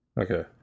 Okay